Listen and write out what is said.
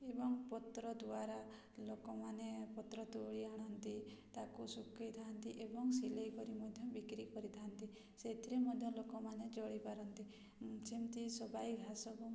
ଏବଂ ପତ୍ର ଦ୍ୱାରା ଲୋକମାନେ ପତ୍ର ତୋଳି ଆଣନ୍ତି ତାକୁ ଶୁଖେଇଥାନ୍ତି ଏବଂ ସିଲାଇ କରି ମଧ୍ୟ ବିକ୍ରି କରିଥାନ୍ତି ସେଥିରେ ମଧ୍ୟ ଲୋକମାନେ ଚଳିପାରନ୍ତି ଯେମିତି ସବାଇ ଘାସ